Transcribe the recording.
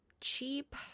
cheap